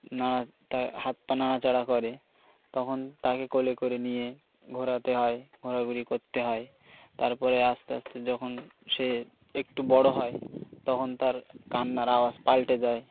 নাড়া তা হাত পা নাড়াচাড়া করে তখন তাকে কোলে করে নিয়ে ঘোরাতে হয় ঘোরাঘুরি করতে হয় তারপরে আস্তে আস্তে যখন সে একটু বড়ো হয় তখন তার কান্নার আওয়াজ পাল্টে যায়